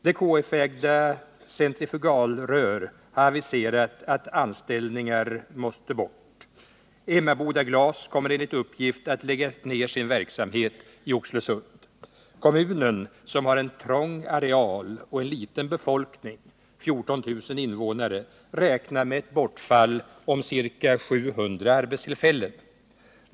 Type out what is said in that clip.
Det KF-ägda Centrifugalrör har aviserat att anställningar måste bort. Emmaboda Glasverk kommer enligt uppgift att lägga ner sin verksamhet i Oxelösund. Kommunen, som har en trång areal och en liten befolkning — 14 000 invånare — räknar med ett bortfall om ca 700 arbetstillfällen.